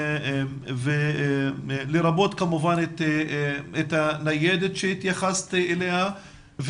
לרבות כמובן את הניידת שהתייחסת אליה.